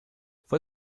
fue